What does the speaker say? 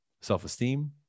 self-esteem